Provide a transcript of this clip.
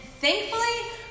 thankfully